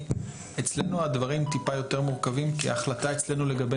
אצלנו הדברים טיפה יותר מורכבים כי ההחלטה אצלנו לגבי